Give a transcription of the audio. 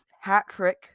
hat-trick